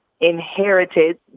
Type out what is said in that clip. inherited